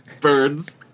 birds